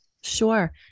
Sure